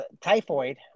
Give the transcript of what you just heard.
typhoid